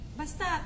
basta